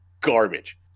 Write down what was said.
garbage